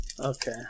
Okay